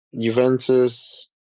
Juventus